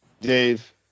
Dave